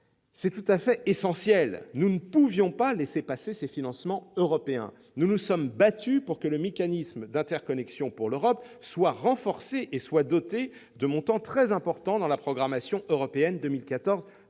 C'est tout à fait essentiel, et nous ne pouvions pas laisser passer ces financements européens. Très bien ! Nous nous sommes battus pour que le Mécanisme pour l'interconnexion en Europe soit renforcé et doté de montants très importants dans la programmation européenne 2014-2020